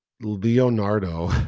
Leonardo